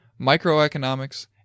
microeconomics